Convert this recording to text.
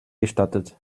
gestattet